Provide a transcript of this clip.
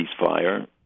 ceasefire